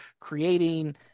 creating